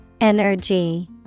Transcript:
Energy